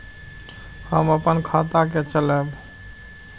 हम अपन खाता के चलाब?